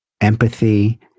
empathy